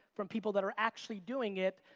from people that are actually doing it,